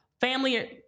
family